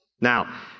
Now